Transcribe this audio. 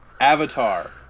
Avatar